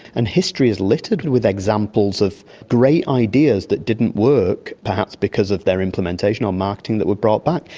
and history is littered with examples of great ideas that didn't work, perhaps because of their implementation or marketing that were brought back.